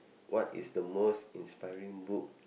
what is the most inspiring book